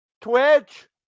Twitch